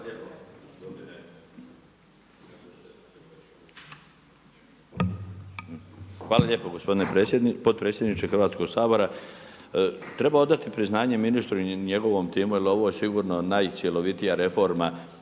Hvala lijepo gospodine potpredsjedniče Hrvatskog sabora. Treba odati priznanje ministru i njegovom timu jer ovo je sigurno najcjelovitija reforma